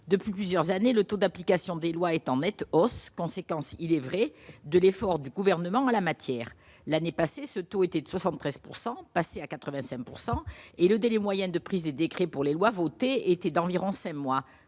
depuis plusieurs années le taux d'application des lois étant mettent hausse conséquence il est vrai, de l'effort du gouvernement en la matière, l'année passée, ce taux était de 73 pourcent, passer à 85 pourcent et le délai moyen de prise des décrets pour les lois votées était d'environ 5 mois